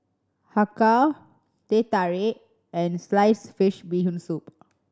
Har Kow Teh Tarik and sliced fish Bee Hoon Soup